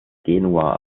genua